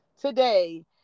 today